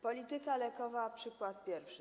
Polityka lekowa to przykład pierwszy.